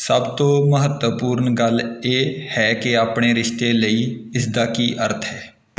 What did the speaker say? ਸਭ ਤੋਂ ਮਹੱਤਵਪੂਰਣ ਗੱਲ ਇਹ ਹੈ ਕਿ ਆਪਣੇ ਰਿਸ਼ਤੇ ਲਈ ਇਸ ਦਾ ਕੀ ਅਰਥ ਹੈ